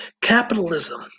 Capitalism